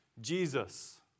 Jesus